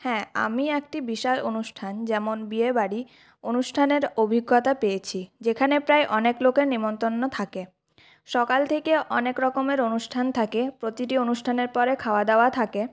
হ্যাঁ আমি একটি বিশাল অনুষ্ঠান যেমন বিয়েবাড়ি অনুষ্ঠানের অভিজ্ঞতা পেয়েছি যেখানে প্রায় অনেক লোকের নেমন্তন্ন থাকে সকাল থেকে অনেক রকমের অনুষ্ঠান থাকে প্রতিটি অনুষ্ঠানের পরে খাওয়া দাওয়া থাকে